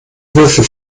würfel